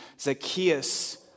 Zacchaeus